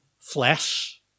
flesh